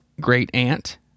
great-aunt